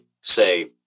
say